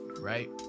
right